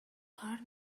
کار